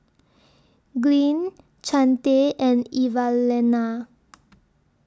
Glynn Chante and Evalena